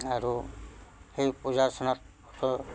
আৰু সেই পূজা অৰ্চনাতো